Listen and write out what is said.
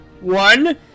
one